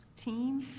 team.